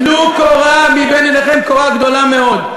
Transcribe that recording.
טלו קורה מבין עיניכם, קורה גדולה מאוד.